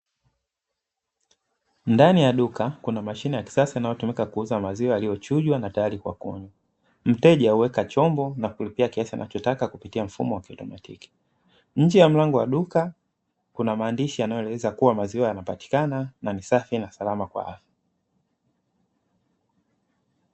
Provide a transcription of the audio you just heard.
Ndani duka kuna mashine ya kisasa inayotumika kuuza maziwa yaliyochujwa na tayari kwa kunywa, mteja huweka chupa na kulipia kiasi anachotaka kupitia mfumo wa kiotomatiki, nje ya mlango wa duka kuna maandishi yanayoeleza maziwa yanapatikana na ni safi na salama kwa afya.